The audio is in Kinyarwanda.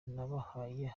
nabahaye